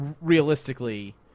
realistically